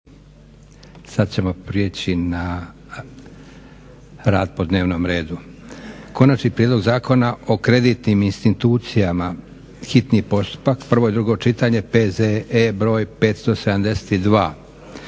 Sad ćemo prijeći na rad po dnevnom redu. - Konačni prijedlog Zakona o kreditnim institucijama, hitni postupak, prvo i drugo čitanje, P.Z.E. br. 572